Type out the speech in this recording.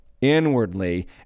inwardly